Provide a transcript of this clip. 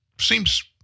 Seems